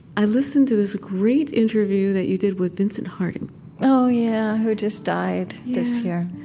i listened to this great interview that you did with vincent harding oh, yeah, who just died this year